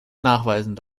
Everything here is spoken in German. nachweisen